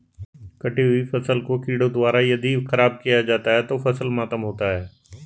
कटी हुयी फसल को कीड़ों द्वारा यदि ख़राब किया जाता है तो फसल मातम होता है